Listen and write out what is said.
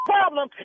problem